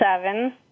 seven